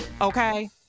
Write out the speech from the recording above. Okay